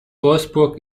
wolfsburg